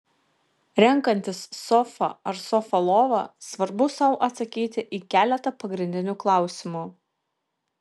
renkantis sofą ar sofą lovą svarbu sau atsakyti į keletą pagrindinių klausimų